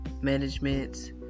management